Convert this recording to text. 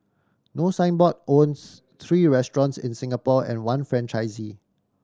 no Signboard owns three restaurants in Singapore and one franchisee